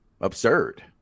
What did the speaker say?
absurd